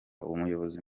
umuyobozi